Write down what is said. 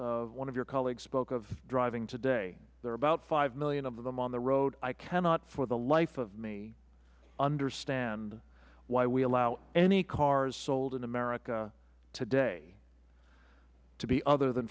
one of your colleagues spoke of driving today there are about five million of them on the road i cannot for the life of me understand why we allow any cars sold in america today to be other than